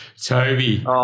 Toby